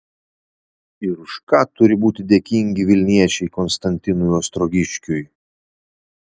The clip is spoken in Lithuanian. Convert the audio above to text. ir už ką turi būti dėkingi vilniečiai konstantinui ostrogiškiui